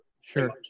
Sure